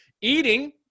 Eating